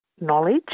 knowledge